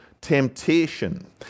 temptation